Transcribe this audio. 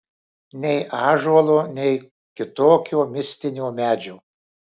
nei ąžuolo nei kitokio mistinio medžio